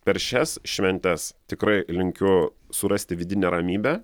per šias šventes tikrai linkiu surasti vidinę ramybę